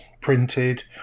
printed